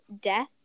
death